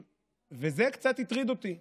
וזה קצת הטריד אותי,